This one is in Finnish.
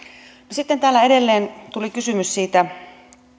sitten täällä edelleen tuli kysymys siitä